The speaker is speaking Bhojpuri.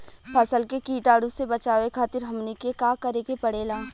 फसल के कीटाणु से बचावे खातिर हमनी के का करे के पड़ेला?